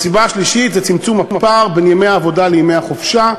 והסיבה השלישית היא צמצום הפער בין ימי העבודה לימי החופשה,